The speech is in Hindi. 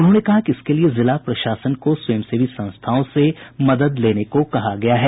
उन्होंने कहा कि इसके लिए जिला प्रशासन को स्वयं सेवी संस्थाओं से मदद लेने को कहा गया है